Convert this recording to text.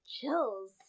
Chills